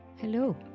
Hello